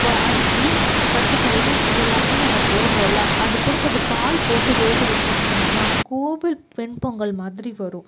இப்போ அரிசி பச்சப்பயிறு இதெல்லாமே நம்ம போடுகிறோல்ல அதுக்கூட கொஞ்சம் பால் போட்டு வேக வெச்சுங்கனு வையுங்களேன் கோவில் வெண்பொங்கல் மாதிரி வரும்